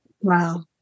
Wow